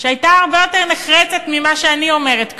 שהייתה הרבה יותר נחרצת ממה שאני אומרת כאן.